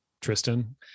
Tristan